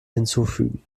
hinzufügen